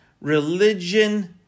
religion